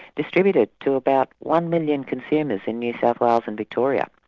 distributed to about one million consumers in new south wales and victoria,